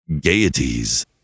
Gaieties